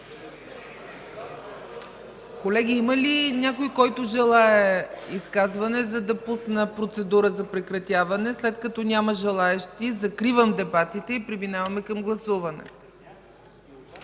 Колеги, има ли някой, който желае изказване, за да пусна процедура по прекратяване? След като няма желаещи, закривам дебатите и преминаваме към гласуване.